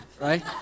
right